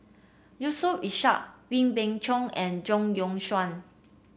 Yusof Ishak Wee Beng Chong and Zhang Youshuo